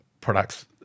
products